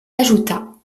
ajouta